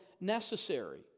necessary